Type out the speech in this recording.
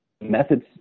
methods